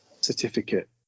certificate